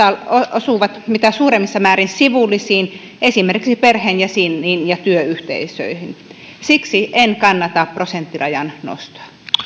osuvat mitä suuremmissa määrin myös sivullisiin esimerkiksi perheenjäseniin ja työyhteisöihin siksi en kannata prosenttirajan nostoa